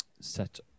set